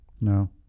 No